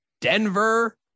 Denver